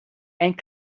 and